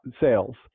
sales